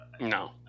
No